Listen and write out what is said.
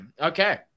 Okay